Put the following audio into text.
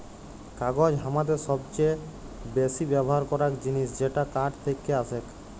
কাগজ হামাদের সবচে বেসি ব্যবহার করাক জিনিস যেটা কাঠ থেক্কে আসেক